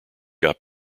got